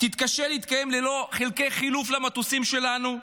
תתקשה להתקיים ללא חלקי חילוף למטוסים שלנו,